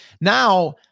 now